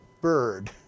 bird